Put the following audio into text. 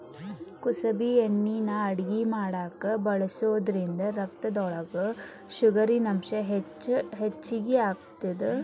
ಕುಸಬಿ ಎಣ್ಣಿನಾ ಅಡಗಿ ಮಾಡಾಕ ಬಳಸೋದ್ರಿಂದ ರಕ್ತದೊಳಗ ಶುಗರಿನಂಶ ಹೆಚ್ಚಿಗಿ ಆಗತ್ತದ